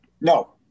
No